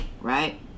Right